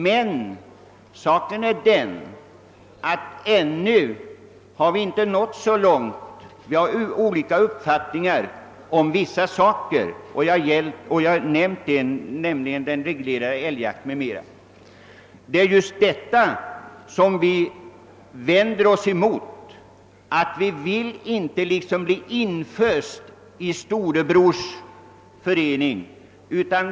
Men saken är den att vi ännu inte nått så långt. Vi har olika uppfattningar i vissa frågor — jag har nämnt en sådan fråga, nämligen den reglerade älgjakten. Vad vi vänder oss emot är att liksom bli infösta i storebrors organisation.